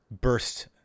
burst